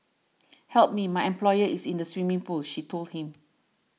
help me my employer is in the swimming pool she told him